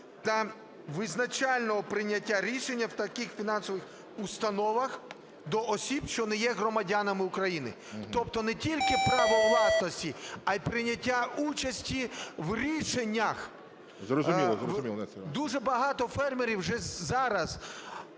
та визначального прийняття рішення в таких фінансових установах до осіб, що не є громадянами України". Тобто не тільки право власності, а й прийняття участі в рішеннях. ГОЛОВУЮЧИЙ. Зрозуміло,